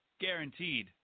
Guaranteed